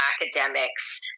academics